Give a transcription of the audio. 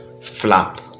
flap